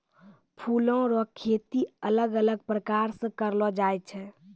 फूलो रो खेती अलग अलग प्रकार से करलो जाय छै